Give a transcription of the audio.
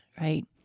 right